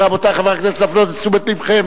רבותי חברי הכנסת, אני רוצה להפנות את תשומת לבכם